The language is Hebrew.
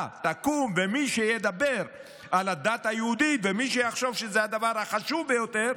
תקום ומי שידבר על הדת היהודית ומי שיחשוב שזה הדבר החשוב ביותר,